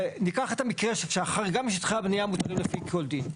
ניקח את המקרה שהחריגה משטחי הבניה מותרים לפי כל דין.